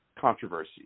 controversy